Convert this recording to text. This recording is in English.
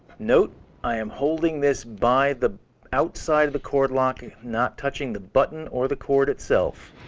note i am holding this by the outside of the cord lock, not touching the button or the cord itself.